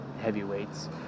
heavyweights